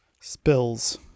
spills